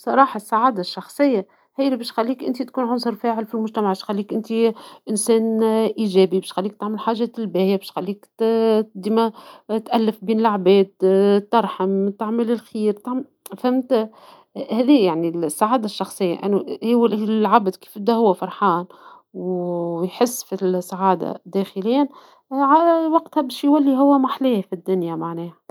بصراحة السعادة الشخصية هي اللي باش تخليك أنت تكون عنصر فاعل فالمجتمع باش تخليك أنت إنسان إيچابي باش يخليك تعمل حاچات الباهية باش يخليك ديما تألف بين العباد اا ترحم تعمل الخير فهمت اا هاذي يعني السعادة الشخصية أنو لعبت كيف كدا هو فرحان ويحس في السعادة داخلياً وقتها باش يولي هو ما حلاه في الدنيا معناها.